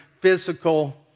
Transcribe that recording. physical